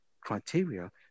criteria